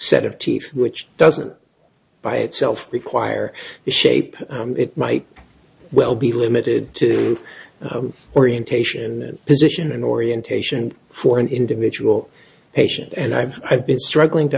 set of teeth which doesn't by itself require the shape it might well be limited to the orientation position and orientation for an individual patient and i've i've been struggling to